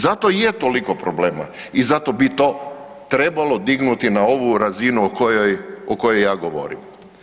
Zato i je toliko problema i zato bi to trebalo dignuti na ovu razinu o kojoj ja govorim.